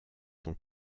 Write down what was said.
son